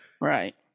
Right